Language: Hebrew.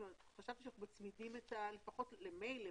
חשבתי שאנחנו מצמידים לפחות למייל.